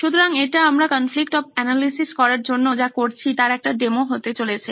সুতরাং এটা আমরা কনফ্লিকট অফ এনালাইসিস করার জন্য যা করছি তার একটা ডেমো হতে চলেছে